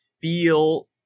feel